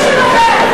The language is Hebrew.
חבר הכנסת נסים זאב.